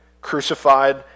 crucified